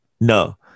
no